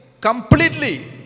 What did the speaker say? Completely